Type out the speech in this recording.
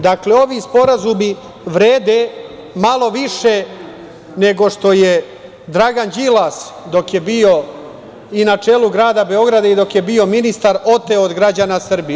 Dakle, ovi sporazumi vrede malo više nego što je Dragan Đilas dok je bio i na čelu grada Beograda i dok je bio ministar oteo od građana Srbije.